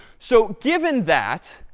so given that,